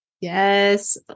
Yes